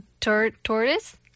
tortoise